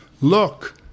look